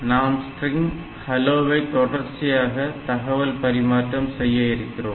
நாம் string hello வை தொடர்ச்சியாக தகவல் பரிமாற்றம் செய்ய இருக்கிறோம்